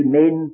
men